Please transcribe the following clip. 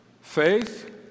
faith